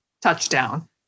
touchdown